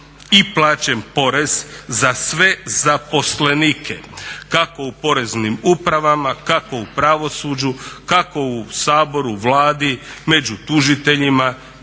i plaćen porez za sve zaposlenike kako u Poreznim upravama, kako u pravosuđu, kako u Saboru, u Vladi, među tužiteljima